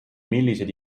millised